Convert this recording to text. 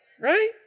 Right